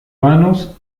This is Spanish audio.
vanos